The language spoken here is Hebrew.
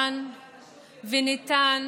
ושתוקן וניתן